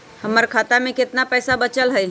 हमर खाता में केतना पैसा बचल हई?